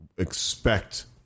expect